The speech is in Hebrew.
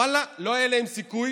ואללה, לא היה להם סיכוי